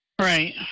Right